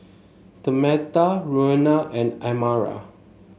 Tamatha Roena and Amara